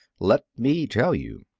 let me tell you.